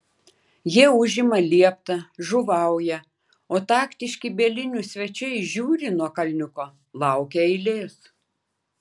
jie užima lieptą žuvauja o taktiški bielinių svečiai žiūri nuo kalniuko laukia eilės